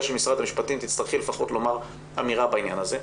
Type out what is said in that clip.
משרד המשפטים כך שתצטרכי לפחות לומר אמירה בעניין הזה.